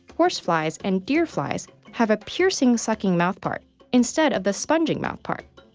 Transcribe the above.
horse flies, and deer flies, have a piercing-sucking mouthpart instead of the sponging mouthpart.